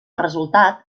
resultat